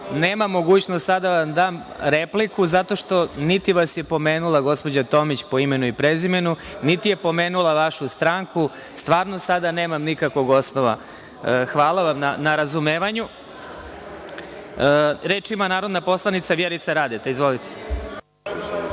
mogućnosti sada da vam dam repliku, niti vas je pomenula gospođa Tomić po imenu i prezimenu, niti je pomenula vašu stranku, stvarno nemam nikakvog osnova. Hvala na razumevanju. Reč ima narodna poslanica Vjerica Radeta.